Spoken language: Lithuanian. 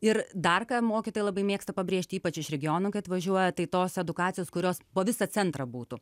ir dar ką mokytoja labai mėgsta pabrėžt ypač iš regionų atvažiuoja tai tos edukacijos kurios po visą centrą būtų